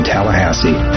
Tallahassee